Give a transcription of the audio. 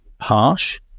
harsh